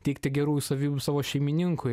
teikti gerųjų savybių savo šeimininkui